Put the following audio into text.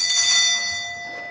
hvad er det